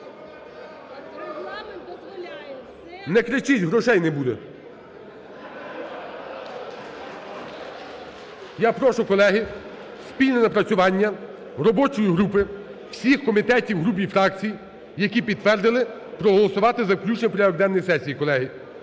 Не кричіть, грошей не буде. Я прошу, колеги, спільне напрацювання робочої групи всіх комітетів, груп і фракцій, які підтвердили, проголосувати за включення у порядок денної сесії, колеги.